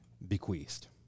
bequeathed